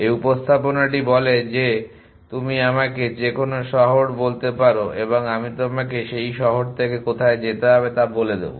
এই উপস্থাপনাটি বলে যে তুমি আমাকে যে কোনও শহর বলতে পারো এবং আমি তোমাকে সেই শহর থেকে কোথায় যেতে হবে তা বলে দেবো